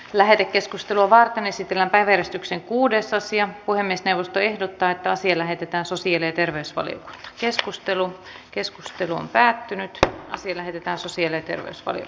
lähetekeskustelua varten esitellään päiväjärjestyksen kuudes asian puhemiesneuvosto ehdottaa että sillä heitetään susille terveysvaliok keskustelu keskustelu on päättynyt ja asia lähetetään susille terveys oli